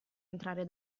entrare